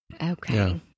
Okay